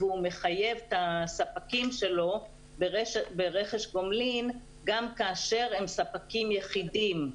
והוא מחייב את הספקים שלו ברכש גומלין גם כאשר הם ספקים יחידים,